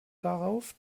darauf